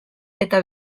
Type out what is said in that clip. eta